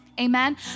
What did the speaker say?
amen